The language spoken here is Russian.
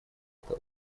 это